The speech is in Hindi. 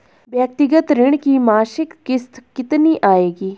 व्यक्तिगत ऋण की मासिक किश्त कितनी आएगी?